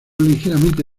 ligeramente